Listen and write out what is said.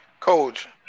Coach